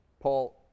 Paul